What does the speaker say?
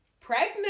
pregnant